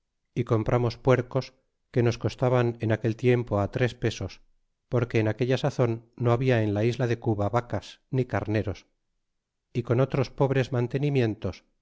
y compramos puercos que nos costaban en aquel tiempo tres pesos porque en aquella sazon no habla en la isla de cuba vacas ni carneros y con otros pobres mantenimientos